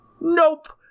Nope